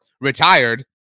retired